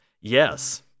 Yes